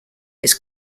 his